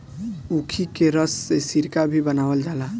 ऊखी के रस से सिरका भी बनावल जाला